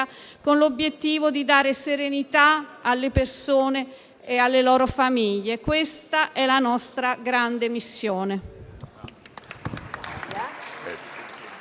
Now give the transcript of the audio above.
con l'obiettivo di dare serenità alle persone e alle loro famiglie. Questa è la nostra grande missione.